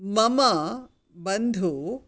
मम बन्धु